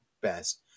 best